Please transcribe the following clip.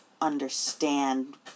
understand